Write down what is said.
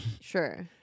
Sure